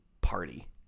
party